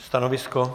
Stanovisko?